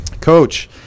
Coach